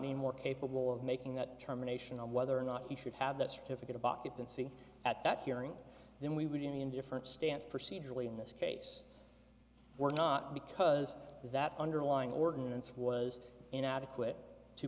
any more capable of making that determination on whether or not he should have the certificate of occupancy at that hearing then we would in different stance procedurally in this case were not because that underlying ordinance was inadequate to